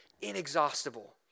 inexhaustible